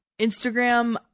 Instagram